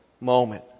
moment